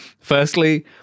Firstly